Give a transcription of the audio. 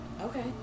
Okay